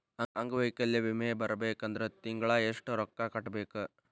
ಅಂಗ್ವೈಕಲ್ಯ ವಿಮೆ ಬರ್ಬೇಕಂದ್ರ ತಿಂಗ್ಳಾ ಯೆಷ್ಟ್ ರೊಕ್ಕಾ ಕಟ್ಟ್ಬೇಕ್?